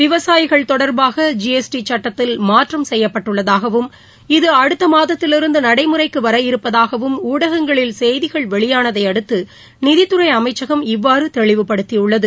விவசாயிகள் தொடர்பாக ஜிஎஸ்டி சட்டத்தில் மாற்றம் செய்யப்பட்டுள்ளதாகவும் இது அடுத்த மாதத்திலிருந்து நடைமுறைக்கு வர இருப்பதாகவும் ஊடகங்களில் செய்திகள் வெளியானதை அடுத்து நிதித்துறை அமைச்சகம் இவ்வாறு தெளிவுபடுத்தியுள்ளது